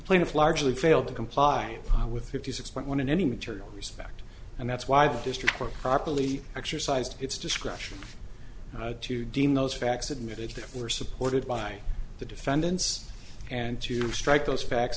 plaintiff largely failed to comply with fifty six point one in any material respect and that's why the district court properly exercised its discretion to deem those facts admitted they were supported by the defendants and to strike those facts